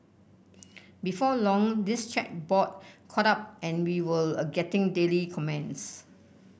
before long this chat board caught on and we were are getting daily comments